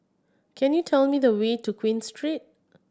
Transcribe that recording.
can you tell me the way to Queen Street